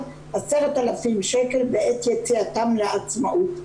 על סך 10,000 שקל בעת יציאתן לעצמאות.